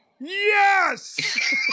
Yes